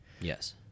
Yes